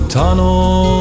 tunnel